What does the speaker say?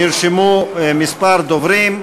נרשמו כמה דוברים.